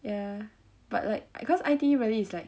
ya but like I cause I_T_E really is like